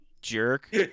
jerk